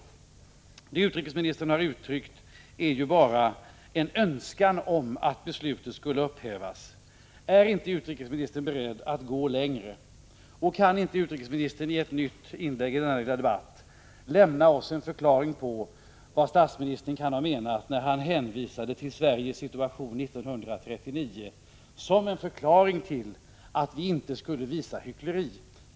Det som utrikesministern har uttryckt är ju bara en önskan om att beslutet skulle upphävas. Är inte utrikesministern beredd att gå längre, och kan inte utrikesministern i ett nytt inlägg i denna lilla debatt lämna oss en förklaring till vad statsministern kan ha menat när han hänvisade till Sveriges situation 1939 och menade att vi inte skulle visa hyckleri?